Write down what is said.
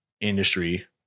industry